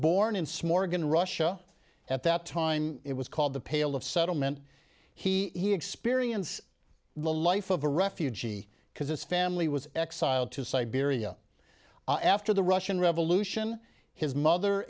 born in smorgon russia at that time it was called the pale of settlement he he experience the life of a refugee because this family was exiled to siberia after the russian revolution his mother